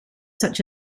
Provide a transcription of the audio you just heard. such